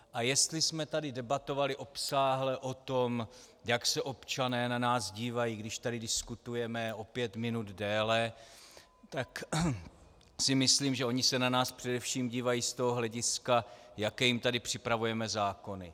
A jestli jsme tady debatovali obsáhle o tom, jak se občané na nás dívají, když tady diskutujeme o pět minut déle, tak si myslím, že oni se na nás především dívají z toho hlediska, jaké jim tady připravujeme zákony.